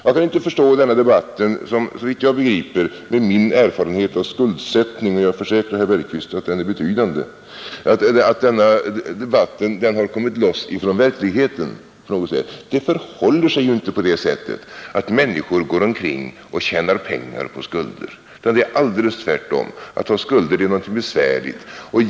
Jag kan inte förstå denna debatt, som såvitt jag begriper med min erfarenhet av skuldsättning — och jag försäkrar herr Bergqvist att den är betydande — har kommit loss från verkligheten på något sätt. Det förhåller sig inte på det sättet att människor går omkring och tjänar pengar på skulder utan det är alldeles tvärtom. Att ha skulder är någonting besvärligt.